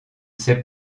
sais